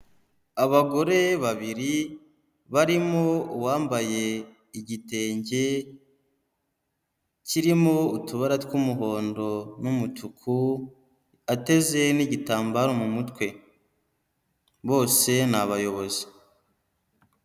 Abagore babiri barimo uwambaye igitenge kirimo utubara tw'umuhondo n'umutuku ateze n'igitambaro mu mutwe bose n'abayobozi.